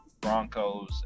Broncos